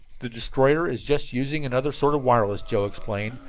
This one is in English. the destroyer is just using another sort of wireless, joe explained.